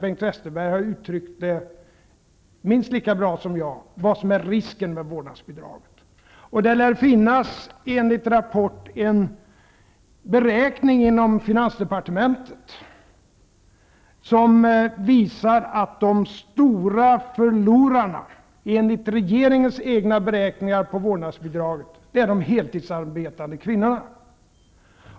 Bengt Westerberg har faktiskt uttryckt minst lika bra som jag vad som är risken med ett vårdnadsbidrag. Enligt en rapport finns det en beräkning inom finansdepartementet som visar att de stora förlorarna i fråga om vårdnadsbidraget är de heltidsarbetande kvinnorna.